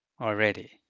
already